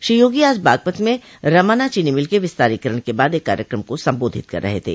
श्री योगी आज बागपत में रमाना चीनी मिल के विस्तारीकरण के बाद एक कार्यक्रम को संबोधित कर रहे थे